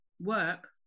work